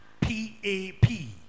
P-A-P